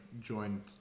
joined